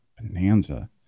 Bonanza